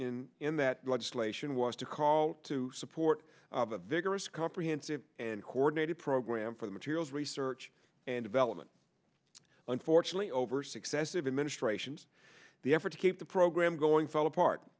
in that legislation was to call to support a vigorous comprehensive and coordinated program for the materials research and development unfortunately over successive administrations the effort to keep the program going fell apart